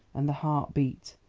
and the heart beat.